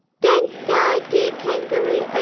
don't die, dear kangaroo!